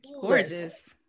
gorgeous